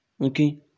okay